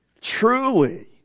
truly